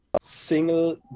single